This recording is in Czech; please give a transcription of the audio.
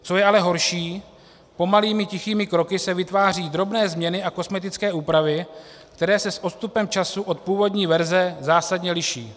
Co je ale horší, pomalými tichými kroky se vytváří drobné změny a kosmetické úpravy, které se s odstupem času od původní verze zásadně liší.